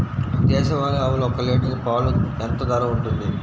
దేశవాలి ఆవులు ఒక్క లీటర్ పాలు ఎంత ధర ఉంటుంది?